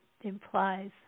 implies